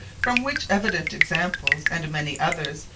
from which evident examples, and many others,